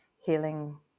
healing